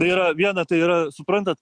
tai yra viena tai yra suprantat